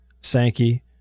Sankey